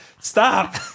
stop